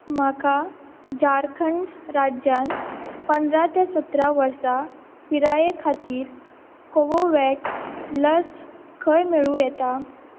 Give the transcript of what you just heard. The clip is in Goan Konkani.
म्हाका झारखंड राज्यांत पंदरा ते सतरा वर्सां पिराये खातीर कोवोवॅक्स लस खंय मेळूं येता